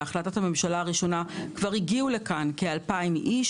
בהחלטת הממשלה הראשונה כבר הגיעו לכאן כ-2,000 איש.